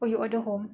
oh you order home